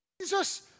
Jesus